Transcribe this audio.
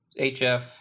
HF